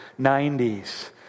90s